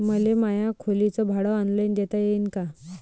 मले माया खोलीच भाड ऑनलाईन देता येईन का?